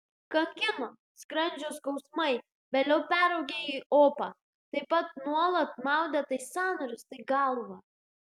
kankino skrandžio skausmai vėliau peraugę į opą taip pat nuolat maudė tai sąnarius tai galvą